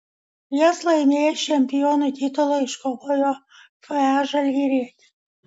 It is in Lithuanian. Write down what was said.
jas laimėjęs čempionų titulą iškovojo fa žalgirietis